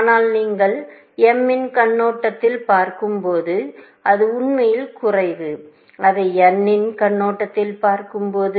ஆனால் நீங்கள் m இன் கண்ணோட்டத்தில் பார்க்கும்போது அது உண்மையில் குறைவு அதை n இன் கண்ணோட்டத்தில் பார்க்கும்போது